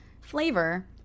flavor